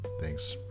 thanks